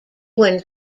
when